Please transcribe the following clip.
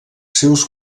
seus